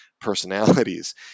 Personalities